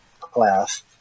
class